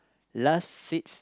last seats